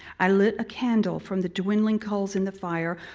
i lit a candle from the dwindling coals in the fire,